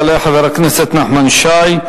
יעלה חבר הכנסת נחמן שי,